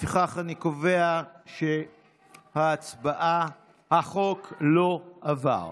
לפיכך, אני קובע שהצעת החוק לא עברה.